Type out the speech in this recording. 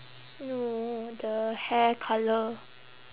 no the hair colour